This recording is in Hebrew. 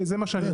זה מה שאני אומר.